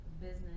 business